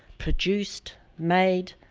produced, made,